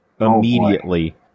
immediately